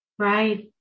Right